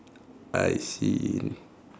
I see